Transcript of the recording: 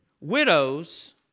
widows